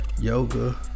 yoga